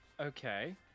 Okay